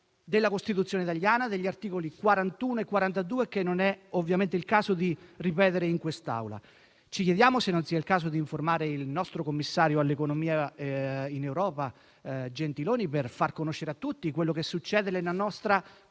della Costituzione italiana e dei suoi articoli 41 e 42, che ovviamente non è il caso di ripetere in quest'Assemblea. Ci chiediamo se non sia il caso di informare il nostro commissario europeo per l'economia Gentiloni per far conoscere a tutti quello che succede nella nostra